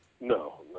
No